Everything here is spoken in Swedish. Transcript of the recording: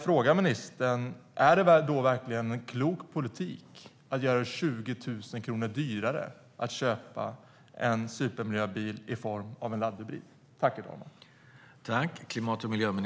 Är det då verkligen en klok politik att göra det 20 000 kronor dyrare att köpa en supermiljöbil i form av en laddhybrid?